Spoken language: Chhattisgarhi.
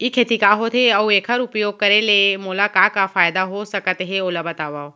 ई खेती का होथे, अऊ एखर उपयोग करे ले मोला का का फायदा हो सकत हे ओला बतावव?